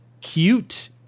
cute